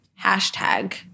Hashtag